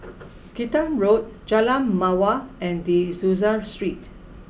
Kinta Road Jalan Mawar and De Souza Street